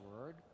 word